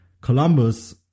Columbus